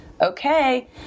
okay